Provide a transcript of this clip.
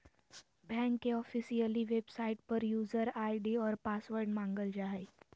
bank के official website पर user ID और पासवर्ड मांगल जा हइ